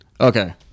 okay